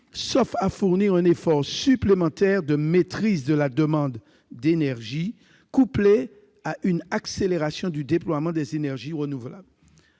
sauf à fournir un effort supplémentaire de maîtrise de la demande d'énergie, couplé à une accélération du déploiement des énergies renouvelables.